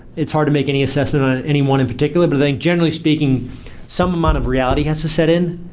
it's hard to make any assessment on anyone in particular, but i think generally speaking some amount of reality has to set in.